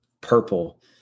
purple